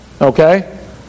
Okay